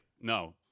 no